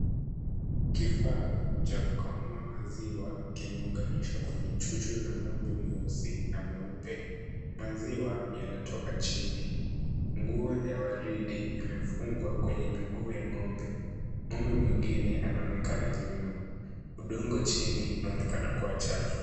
Kifaa cha kukamua maziwa kimeunganishwa kwenye chuchu za ng'ombe mweusi na mweupe. Maziwa yanatoka chini. Nguo ya waridi imefungwa kwenye miguu ya ng'ombe. Ng'ombe mwingine anaonekana nyuma. Udongo chini unaonekana kuwa chafu.